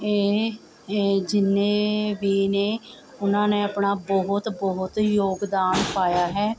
ਇਹ ਇਹ ਜਿੰਨੇ ਵੀ ਨੇ ਉਹਨਾਂ ਨੇ ਆਪਣਾ ਬਹੁਤ ਬਹੁਤ ਯੋਗਦਾਨ ਪਾਇਆ ਹੈ